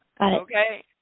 Okay